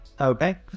Okay